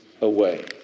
away